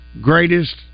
greatest